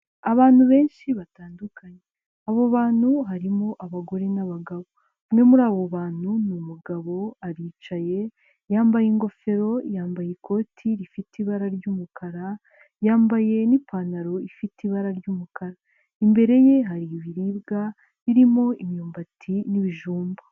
Abantu benshi batandukanye abo bantu harimo abagore n'abagabo umwe muri abo bantu n'umugabo aricaye yambaye ingofero yambaye ikoti rifite ibara ry'umukara yambaye n'ipantaro ifite ibara ry'umukara imbere ye hari ibiribwa birimo imyumbati n'ibijumba.